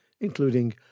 including